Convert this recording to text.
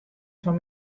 fan